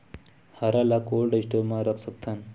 हरा ल cold store म रख सकथन?